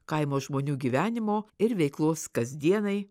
kaimo žmonių gyvenimo ir veiklos kasdienai